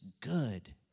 good